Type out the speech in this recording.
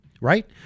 right